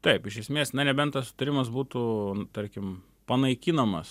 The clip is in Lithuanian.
taip iš esmės na nebent tas sutarimas būtų tarkim panaikinamas